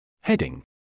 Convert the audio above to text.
Heading